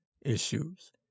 issues